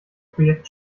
projekt